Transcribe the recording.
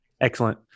Excellent